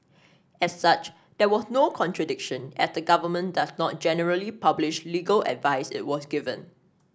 as such there was no contradiction as the government does not generally publish legal advice it was given